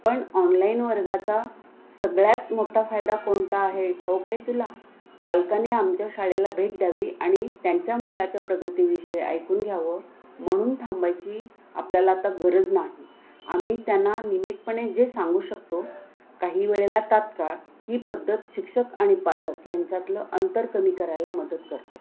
पण ऑनलाईन वर्गाचा सगळ्यात मोठा फायदा कोणता आहे ठाऊक आहे तुला पालकाने आमच्या शाळेला भेट द्यावी आणि त्यांच्या मुलाच्या प्रगतीविषयी ऐकून घ्यावं म्हणून थांबायची आपल्याला आता गरज नाही आम्ही त्यांना निमुटपणे जे सांगू शकतो काही वेळेला तात्काळ ही पद्धत शिक्षक आणि पालक यांच्यातलं अंतर कमी करायला मदत करते